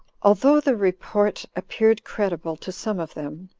although the report appeared credible to some of them,